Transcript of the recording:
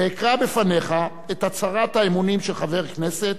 אקרא בפניך את הצהרת האמונים של חבר כנסת,